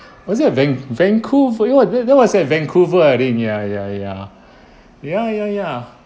was it at van~ vancouver ya that that was at vancouver I think ya ya ya ya ya ya